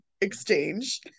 exchange